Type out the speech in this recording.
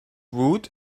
woot